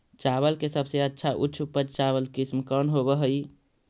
चावल के सबसे अच्छा उच्च उपज चावल किस्म कौन होव हई?